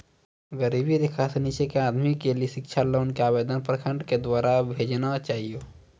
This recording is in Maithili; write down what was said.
गरीबी रेखा से नीचे के आदमी के लेली शिक्षा लोन के आवेदन प्रखंड के द्वारा भेजना चाहियौ?